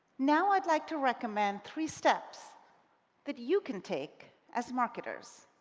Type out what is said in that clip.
now i'd like to recommend three steps that you can take as marketers.